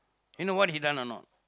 you know what he done or not